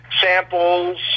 samples